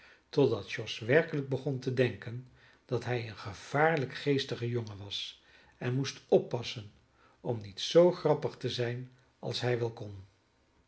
totdat george werkelijk begon te denken dat hij een gevaarlijk geestige jongen was en moest oppassen om niet z grappig te zijn als hij wel kon